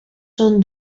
són